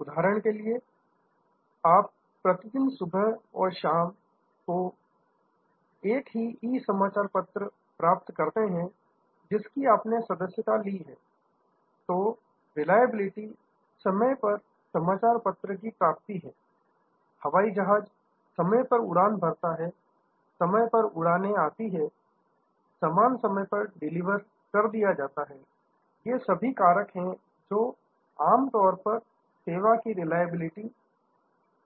उदाहरण के लिए आप प्रतिदिन सुबह अथवा शाम को एक ही ई समाचार पत्र प्राप्त करते हैं जिसकी आपने सदस्यता ली है तो रिलायबिलिटी समय पर समाचार पत्र की प्राप्ति है हवाई जहाज समय पर उड़ान भरता है समय पर उड़ाने आती है समान समय पर डिलीवर कर दिया जाता है यह सभी कारक है जो आमतौर पर सेवा की रिलायबिलिटी